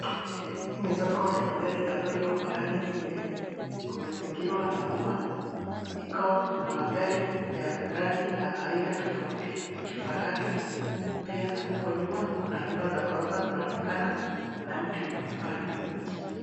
Hii ni soko ya magari ambayo iko pahali nje, kumezingirwa na ua, iko na magari ya rangi na aina tofauti ya kifahari, pia huko nyuma kuna nyumba za ghorofa zinaoenkana na mti umepandwa.